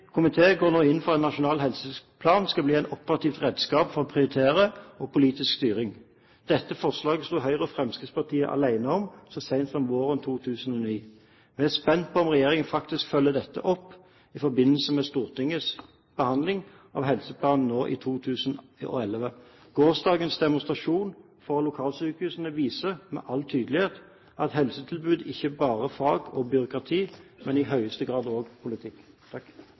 komité går nå inn for at en nasjonal helseplan skal bli et operativt redskap for prioriteringer og politisk styring. Dette forslaget sto Høyre og Fremskrittspartiet alene om så sent som våren 2009. Vi er spent på om regjeringen faktisk følger dette opp i forbindelse med Stortingets behandling av helseplanen i 2011. Gårsdagens demonstrasjon for lokalsykehusene viser med all tydelighet at helsetilbud ikke bare er fag og byråkrati, men i høyeste grad også politikk.